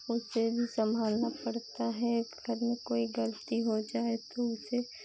उसे भी संभालना पड़ता है घर में कोई ग़लती हो जाए तो उसे